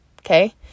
Okay